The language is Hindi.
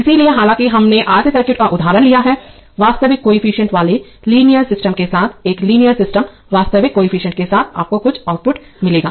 इसलिएहालांकि हमने R C सर्किट का उदाहरण लिया है वास्तविक कोएफिसिएंट वाले लीनियर सिस्टम के साथ एक लीनियर सिस्टम वास्तविक कोएफिसिएंट के साथ आपको कुछ आउटपुट मिलेगा